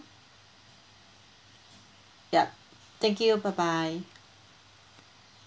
yup thank you bye bye